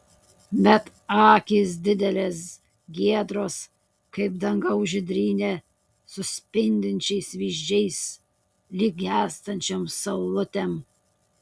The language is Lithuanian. bet akys didelės giedros kaip dangaus žydrynė su spindinčiais vyzdžiais lyg gęstančiom saulutėm